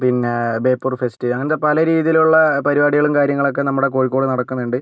പിന്നെ ബേപ്പൂർ ഫെസ്റ്റ് അങ്ങനത്തെ പല രീതിയിലുള്ള പരിപാടികളും കാര്യങ്ങളൊക്കെ നമ്മുടെ കോഴിക്കോട് നടക്കുന്നുണ്ട്